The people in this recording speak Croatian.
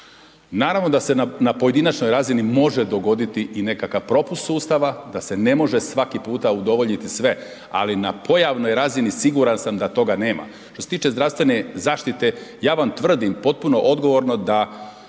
Naravno da se na pojedinačnoj razini može dogoditi i nekakav propust sustava, da se ne može svaki puta udovoljiti sve, ali na pojavnoj razini, siguran sam da toga nema. Što se tiče zdravstvene zaštite, ja vam tvrdim potpuno odgovorno, da